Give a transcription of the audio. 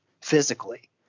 physically